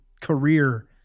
career